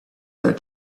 that